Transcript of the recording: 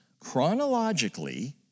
Chronologically